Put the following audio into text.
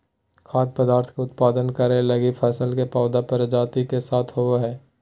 खाद्य पदार्थ के उत्पादन करैय लगी फसल के पौधा प्रजाति के साथ होबो हइ